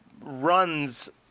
runs